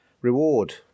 reward